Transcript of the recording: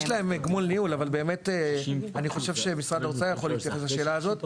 יש גמול ניהול אבל אני חושב שמשרד האוצר יכול להתייחס לשאלה הזו,